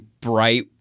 bright